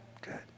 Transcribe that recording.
Good